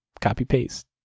copy-paste